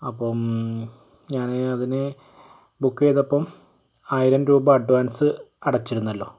അപ്പം ഞാൻ അതിന് ബുക്ക് ചെയ്തപ്പം ആയിരം രൂപ അഡ്വാൻസ് അടച്ചിരുന്നല്ലൊ